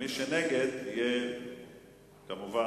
מי שנגד, הסרה.